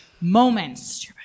moments